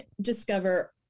discover